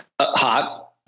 Hot